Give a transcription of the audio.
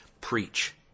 preach